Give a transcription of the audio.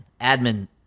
Admin